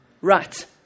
Right